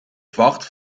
vacht